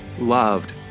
loved